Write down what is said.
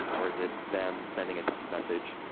or is it them sending a text message?